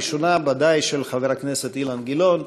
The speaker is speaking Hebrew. הראשונה, של חבר הכנסת אילן גילאון,